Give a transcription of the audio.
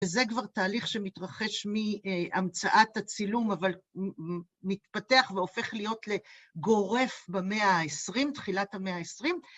וזה כבר תהליך שמתרחש מהמצאת הצילום, אבל מתפתח והופך להיות לגורף במאה ה-20, תחילת המאה ה-20.